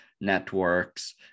networks